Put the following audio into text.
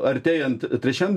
artėjant trečiam